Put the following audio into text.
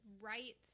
right